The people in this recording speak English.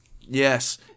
Yes